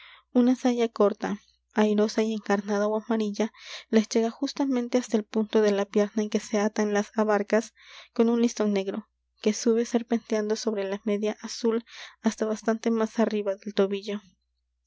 una saya corta airosa y encarnada ó amarilla les llega justamente hasta el punto de la pierna en que se atan las abarcas con un listón negro que sube serpenteando sobre la media azul hasta bastante más arriba del tobillo